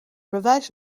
bewijs